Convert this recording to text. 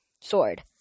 Sword